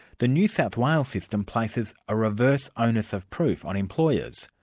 the new south wales system places a reverse onus of proof on employers.